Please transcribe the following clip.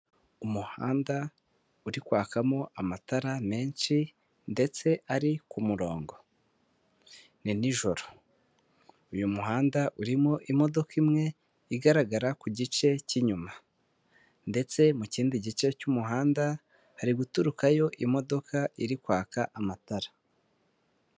Umuhanda uri kwakamo amatara menshi ndetse ari ku murongo ni nijoro, uyu muhanda urimo imodoka imwe igaragara ku gice cy'inyuma ndetse mu kindi gice cy'umuhanda hari guturukayo imodoka iri kwaka amatara.